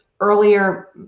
earlier